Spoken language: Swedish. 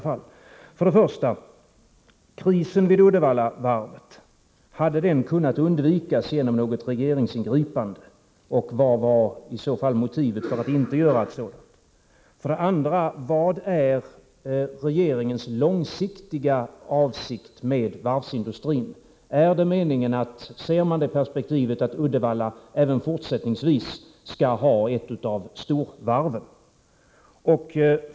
För det första: Hade krisen vid Uddevallavarvet kunnat undvikas genom något regeringsingripande, och vad var i så fall motivet för att inte göra något sådant? För det andra: Vad är regeringens långsiktiga avsikt med varvsindustrin? Ser man ett sådant perspektiv att Uddevalla även fortsättningsvis skall ha ett av storvarven?